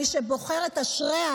מי שבוחרת, אשריה.